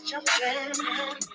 Jumping